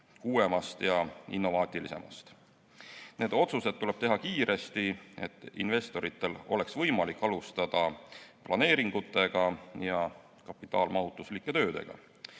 uuemat ja innovaatilisemat. Need otsused tuleb teha kiiresti, et investoritel oleks võimalik alustada planeeringutega ja kapitalimahutuslike töödega.